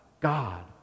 God